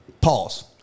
pause